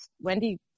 Wendy